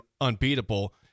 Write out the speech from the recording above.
unbeatable